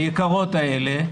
היקרות האלה,